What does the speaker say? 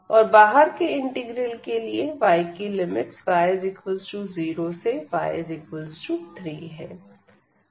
और बाहर के इंटीग्रल के लिए yकी लिमिट्स y0 से y3 है